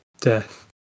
death